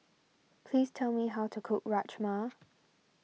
please tell me how to cook Rajma